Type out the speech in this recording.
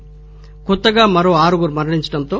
కాగా కొత్తగా మరో ఆరుగురు మరణించటంతో